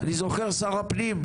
אני זוכר שר הפנים,